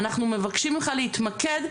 אנחנו מבקשים להתמקד,